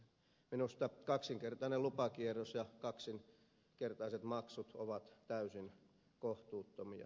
minusta kaksinkertainen lupakierros ja kaksinkertaiset maksut ovat täysin kohtuuttomia